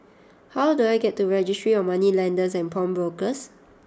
how do I get to Registry of Moneylenders and Pawnbrokers